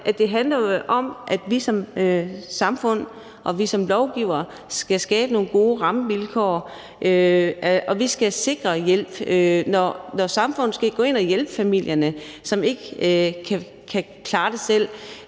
det handler om, at vi som samfund og vi som lovgivere skal skabe nogle gode rammevilkår, når samfundet skal ind at hjælpe familierne, som ikke kan klare det selv.